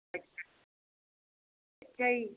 ਅੱਛਾ ਅੱਛਾ ਜੀ